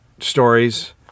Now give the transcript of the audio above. stories